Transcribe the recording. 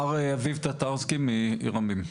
מר אביב טטרסקי מעיר עמים,